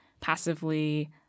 passively